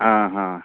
ஆ ஹான்